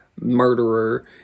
murderer